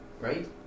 right